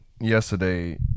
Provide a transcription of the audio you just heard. yesterday